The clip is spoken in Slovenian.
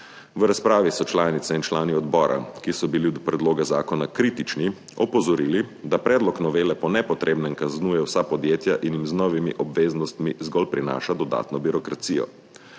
V razpravi so članice in člani odbora, ki so bili do predloga zakona kritični, opozorili, da predlog novele po nepotrebnem kaznuje vsa podjetja in jim z novimi obveznostmi zgolj prinaša dodatno birokracijo.